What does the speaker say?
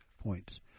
points